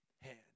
hand